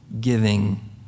giving